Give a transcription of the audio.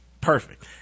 perfect